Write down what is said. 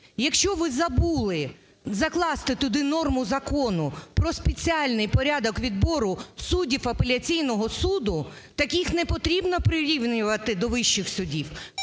Якщо ви забули закласти туди норму закону про спеціальний порядок відбору суддів апеляційного суду, так їх не потрібно прирівнювати до вищих судів.